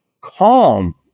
calm